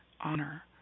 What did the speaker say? honor